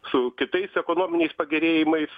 su kitais ekonominiais pagerėjimais